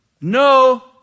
no